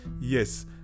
yes